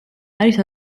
არის